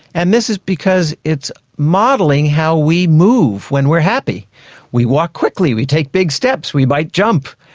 and this is because it's modelling how we move when we are happy we walk quickly, we take big steps, we might jump.